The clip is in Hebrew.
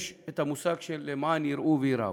יש המושג של למען יראו וייראו.